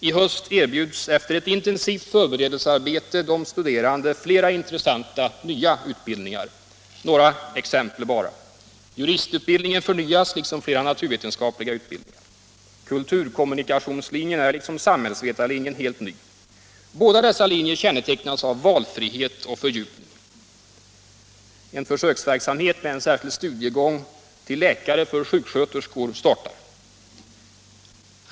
I höst erbjuds efter ett intensivt förberedelsearbete de studerande flera intressanta nya utbildningar. Några exempel: juristutbildningen förnyas liksom flera naturvetenskapliga utbildningar. Kulturkommunikationslinjen är liksom samhällsvetarlinjen helt ny. Båda dessa kännetecknas av valfrihet och fördjupning. En försöksverksamhet med en särskild studiegång till läkare för sjuksköterskor startar.